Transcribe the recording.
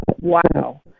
wow